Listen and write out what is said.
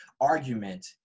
argument